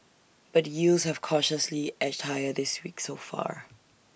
but yields have cautiously edged higher this week so far